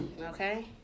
Okay